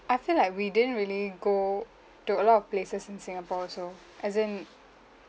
I feel like we didn't really go to a lot of places in singapore also as in